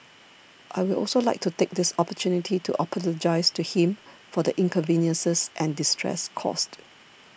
I will also like to take this opportunity to apologise to him for the inconveniences and distress caused